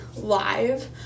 live